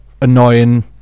annoying